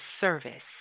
service